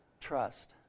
trust